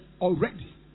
already